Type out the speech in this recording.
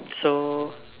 so